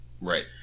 Right